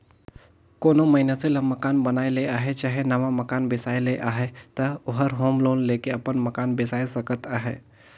कोनो मइनसे ल मकान बनाए ले अहे चहे नावा मकान बेसाए ले अहे ता ओहर होम लोन लेके अपन मकान बेसाए सकत अहे